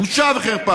בושה וחרפה.